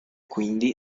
quindi